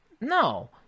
No